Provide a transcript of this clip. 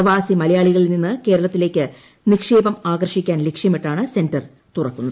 പ്രവാസി മലയാളികളിൽ നിന്ന് കേരളത്തിലേക്ക് നിക്ഷേപം ആകർഷിക്കാൻ ലക്ഷ്യമിട്ടാണ് സെന്റർ തുറക്കുന്നത്